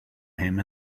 him